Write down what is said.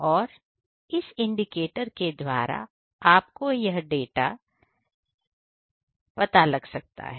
तो इस इंडिकेटर के द्वारा आपको डाटा का मैंने नहींपता लग सकता है